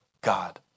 God